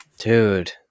Dude